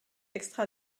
extra